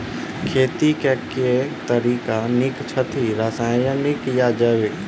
खेती केँ के तरीका नीक छथि, रासायनिक या जैविक?